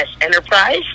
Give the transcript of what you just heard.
Enterprise